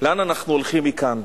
לאן אנחנו הולכים מכאן,